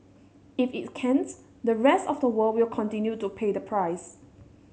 if it can't the rest of the world will continue to pay the price